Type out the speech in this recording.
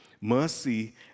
mercy